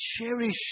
cherish